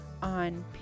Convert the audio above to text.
on